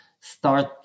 start